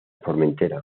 formentera